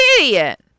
idiot